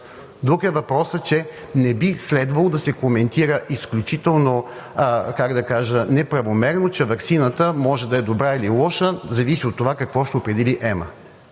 Друг е въпросът, че не би следвало да се коментира изключително, как да кажа, неправомерно, че ваксината може да е добра или лоша. Зависи от това, какво ще определи ЕМА.